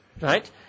right